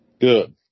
Good